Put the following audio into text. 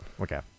Okay